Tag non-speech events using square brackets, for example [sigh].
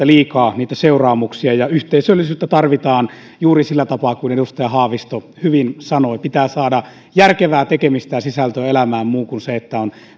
[unintelligible] liikaa seuraamuksia ja yhteisöllisyyttä tarvitaan juuri sillä tapaa kuin edustaja haavisto hyvin sanoi pitää saada järkevää tekemistä ja muuta sisältöä elämään kuin se että on